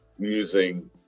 Using